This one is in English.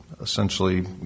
essentially